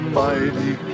mighty